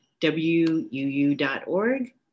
wuu.org